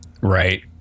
Right